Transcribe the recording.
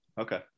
okay